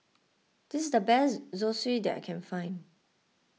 this is the best Zosui that I can find